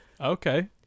Okay